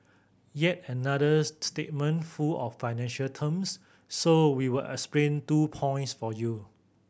yet another statement full of financial terms so we will explain two points for you